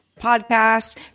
podcasts